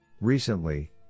Recently